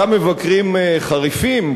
אותם מבקרים חריפים,